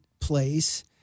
place